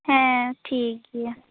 ᱦᱮᱸ ᱴᱷᱤᱠ ᱜᱮᱭᱟ